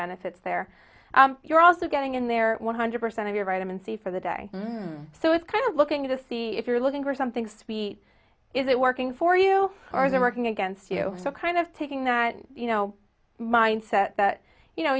benefits there you're also getting in there one hundred percent of your vitamin c for the day so it's kind of looking to see if you're looking for something sweet is it working for you or they're working against you so kind of taking that you know mindset that you know